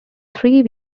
three